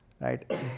right